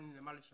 אין לי מה לשקר.